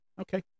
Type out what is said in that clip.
Okay